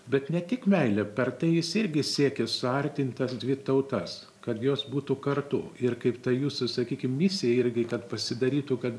bet ne tik meilė per tai jis irgi siekia suartint tas dvi tautas kad jos būtų kartu ir kaip ta jūsų sakykim misija irgi kad pasidarytų kad